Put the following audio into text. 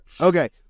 Okay